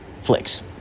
Flicks